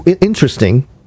interesting